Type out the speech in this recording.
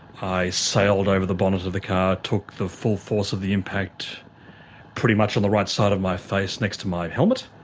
i sailed over the bonnet of the car, took the full force of the impact pretty much on the right side of my face next to my helmet.